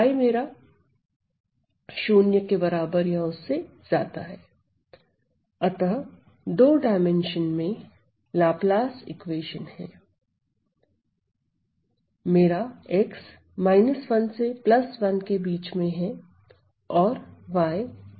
मेरा 1 x 1 और 0 y 1